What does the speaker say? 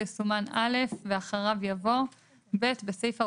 יסומן "(א)" ואחריו יבוא: "(ב)בסעיף 44ג(ג)